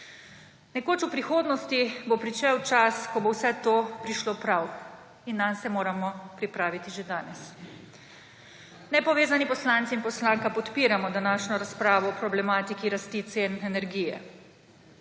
Nekoč v prihodnosti bo prišel čas, ko bo vse to prišlo prav, in nanj se moramo pripraviti že danes. Nepovezani poslanci in poslanka podpiramo današnjo razpravo o problematiki rasti cen energije.